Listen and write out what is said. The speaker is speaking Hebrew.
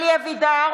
(קוראת בשמות